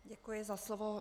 Děkuji za slovo.